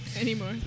Anymore